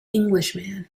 englishman